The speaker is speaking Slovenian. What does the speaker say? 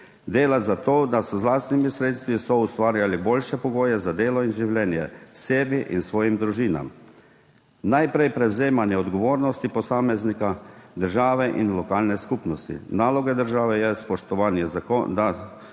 delati za to, da so z lastnimi sredstvi soustvarjali boljše pogoje za delo in življenje sebi in svojim družinam. Najprej prevzemanje odgovornosti posameznika, države in lokalne skupnosti. Naloga države je, da